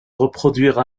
reproduire